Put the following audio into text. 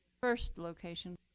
first location.